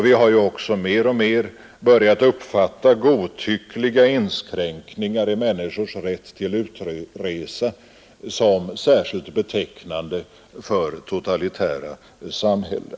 Vi har också mer och mer börjat uppfatta godtyckliga inskränkningar i människors rätt till utresa som särskilt betecknande för totalitära samhällen.